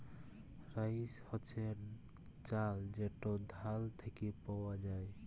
rice হছে চাল যেট ধাল থ্যাইকে পাউয়া যায়